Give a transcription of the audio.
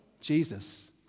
Jesus